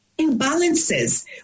Imbalances